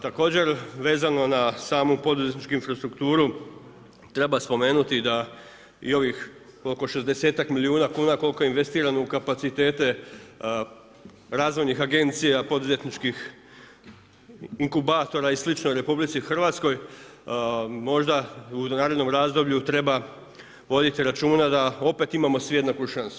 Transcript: Također, vezano na samu poduzetničku infrastrukturu, treba spomenuti da i ovih oko 60-ak milijuna kuna koliko je investirano u kapacitete razvojnih agencija, poduzetničkih inkubatora i slično u RH, možda u narednom razdoblju treba voditi računa da opet imamo svi jednaku šansu.